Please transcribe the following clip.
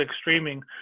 streaming